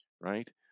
right